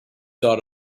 dot